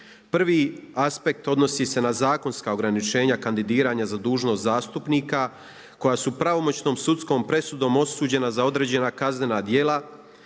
Prvi aspekt odnosi se na zakonska ograničenja kandidiranja za dužnost zastupnika koja su pravomoćnom sudskom presudom osuđena za određena kaznena djela